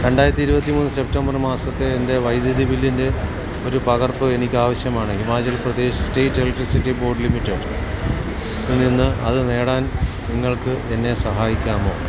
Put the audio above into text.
രണ്ടായിരത്തി ഇരുപത്തിമൂന്ന് സെപ്റ്റംബർ മാസത്തെ എൻ്റെ വൈദ്യുതി ബില്ലിൻ്റെ ഒരു പകർപ്പ് എനിക്ക് ആവശ്യമാണ് Himachal Pradesh state electricity board limited നിന്ന് അത് നേടാൻ നിങ്ങൾക്കെന്നെ സഹായിക്കാമോ